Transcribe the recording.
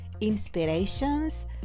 inspirations